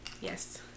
Yes